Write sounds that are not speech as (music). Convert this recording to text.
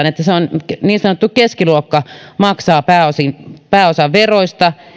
(unintelligible) että niin sanottu keskiluokka maksaa pääosan veroista